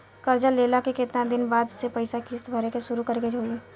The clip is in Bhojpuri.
कर्जा लेला के केतना दिन बाद से पैसा किश्त भरे के शुरू करे के होई?